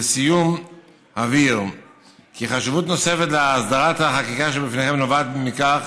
לסיום אבהיר כי חשיבות נוספת להסדרת החקיקה שבפניכם נובעת מכך